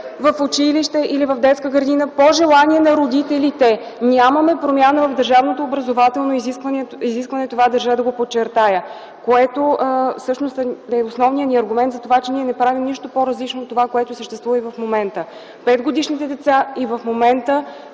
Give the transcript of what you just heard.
(Реплика от народния представител Лютви Местан.) Нямаме промяна в държавното образователно изискване, това държа да го подчертая, което всъщност е основният ни аргумент за това, че ние не правим нищо по-различно от това, което съществува и в момента. Петгодишните деца и в момента